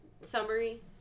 summary